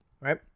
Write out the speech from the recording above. right